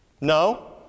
No